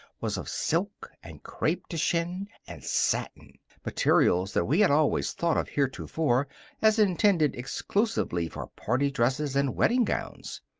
was of silk and crepe de chine and satin materials that we had always thought of heretofore as intended exclusively for party dresses and wedding gowns.